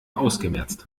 ausgemerzt